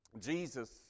Jesus